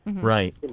Right